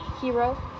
hero